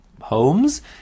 homes